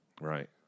Right